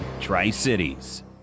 Tri-Cities